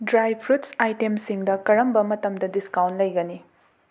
dry fruits ꯑꯥꯏꯇꯦꯝꯁꯤꯡꯗ ꯀꯔꯝꯕ ꯃꯇꯝꯗ ꯗꯤꯁꯀꯥꯎꯟ ꯂꯩꯒꯅꯤ